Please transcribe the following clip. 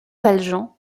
valjean